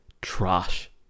trash